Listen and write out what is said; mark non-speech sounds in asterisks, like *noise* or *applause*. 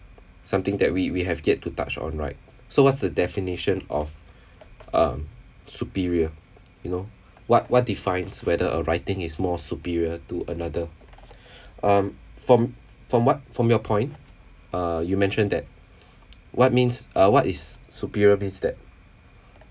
something that we we have yet to touch on right so what's the definition of um superior you know what what defines whether a writing is more superior to another *breath* um from from what from your point uh you mentioned that what means uh what is superior means that